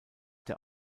der